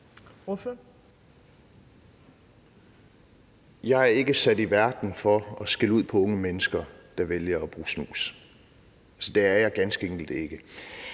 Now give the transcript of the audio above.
Jeg er ikke sat i verden for at skælde ud på unge mennesker, der vælger at bruge snus. Det er jeg ganske enkelt ikke.